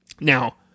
Now